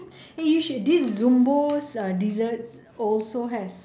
eh you should this zumbo's uh desserts also has